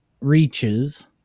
reaches